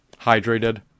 hydrated